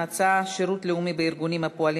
ההצעה בנושא: שירות לאומי בארגונים הפועלים